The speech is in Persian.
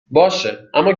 باشه، اما